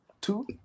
two